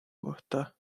kohta